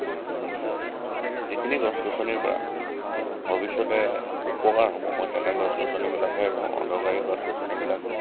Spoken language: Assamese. যিখিনি গছ গছনিৰ পৰা ভৱিষ্যতে উপকাৰ হ'ব মই তেনে গছ গছনিবিলাকহে ৰোও অদৰকাৰী গছ গছনিবিলাক